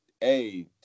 hey